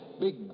Big